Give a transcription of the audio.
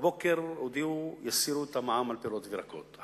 בבוקר הודיעו: יסירו את המע"מ על פירות וירקות,